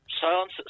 Silence